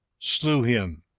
slew him,